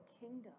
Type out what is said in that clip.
kingdom